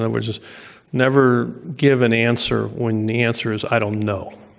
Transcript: and i would just never give an answer when the answer is i don't know.